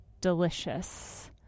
delicious